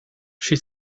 she